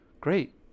great